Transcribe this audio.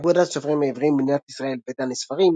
אגודת הסופרים העברים במדינת ישראל ודני ספרים.